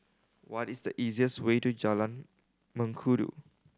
what is the easiest way to Jalan Mengkudu